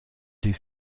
des